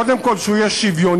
קודם כול שהוא יהיה שוויוני,